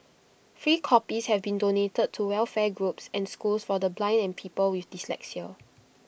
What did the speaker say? free copies have been donated to welfare groups and schools for the blind and people with dyslexia